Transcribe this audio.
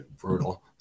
brutal